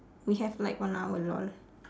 we have like one hour lol